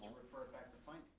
refer it back to finance.